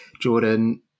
Jordan